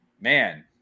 man